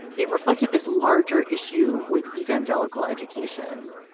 it reflected this larger issue with evangelical education,